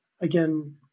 again